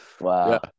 wow